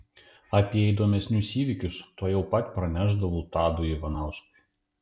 apie įdomesnius įvykius tuojau pat pranešdavo tadui ivanauskui